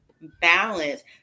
balance